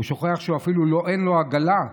הוא שוכח שאפילו אין לו עגלה.